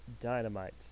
Dynamite